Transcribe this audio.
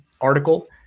article